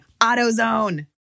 AutoZone